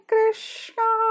Krishna